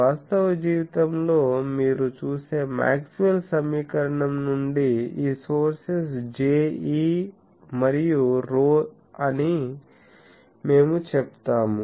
వాస్తవ జీవితంలో మీరు చూసే మాక్స్వెల్ సమీకరణం నుండి ఈ సోర్సెస్ Je మరియు ρ అని మేము చెప్తాము